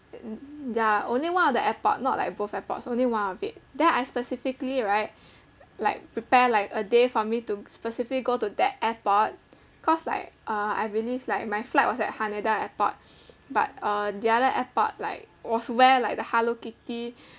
th~ ya only one of the airport not like both airports only one of it then I specifically right like prepare like a day for me to specifically go to that airport cause like uh I believe like my flight was at haneda airport but uh the other airport like was where like the hello kitty